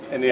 eli